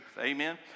Amen